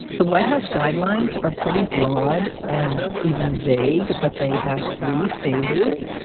the white house guidelines are pretty broad and even vague, but they have three phases.